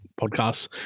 podcasts –